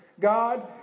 God